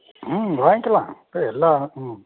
ம் வாங்கிக்கலாம் அது எல்லாம் ம்